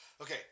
Okay